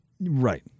Right